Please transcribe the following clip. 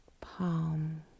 palm